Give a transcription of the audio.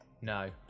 No